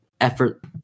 effort